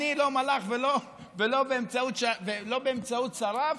אני ולא מלאך ולא באמצעות שר,